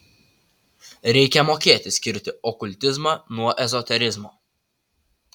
reikia mokėti skirti okultizmą nuo ezoterizmo